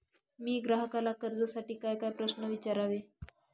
मी ग्राहकाला कर्जासाठी कायकाय प्रश्न विचारावे?